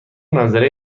منظره